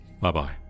Bye-bye